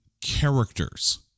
characters